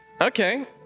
Okay